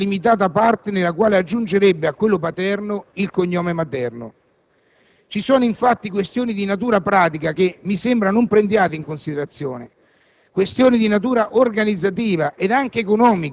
Questa legge non serve, se non nella limitata parte nella quale aggiungerebbe a quello paterno il cognome materno. Ci sono infatti questioni di natura pratica che mi sembra non prendiate in considerazione;